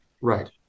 Right